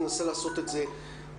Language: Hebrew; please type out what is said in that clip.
ננסה לעשות את זה בריצ'רץ',